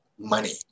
money